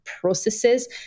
processes